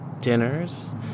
dinners